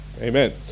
Amen